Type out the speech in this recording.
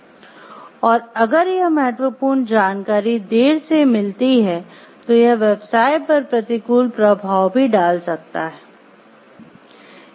और अगर यह महत्वपूर्ण जानकारी देर से मिलती है तो यह व्यवसाय पर प्रतिकूल प्रभाव भी डाल सकता है